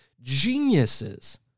geniuses